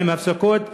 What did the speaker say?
עם הפסקות,